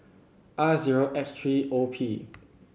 R zero X three O P